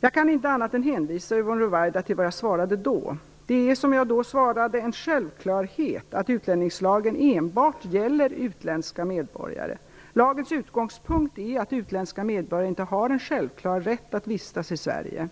Jag kan inte annat än hänvisa Yvonne Ruwaida till vad jag svarade då. Det är, som jag då svarade, en självklarhet att utlänningslagen enbart gäller utländska medborgare. Lagens utgångspunkt är att utländska medborgare inte har en självklar rätt att vistas i Sverige.